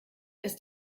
ist